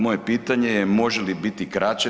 Moje pitanje je može li biti kraće?